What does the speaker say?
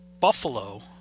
Buffalo